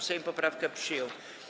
Sejm poprawkę przyjął.